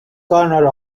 corner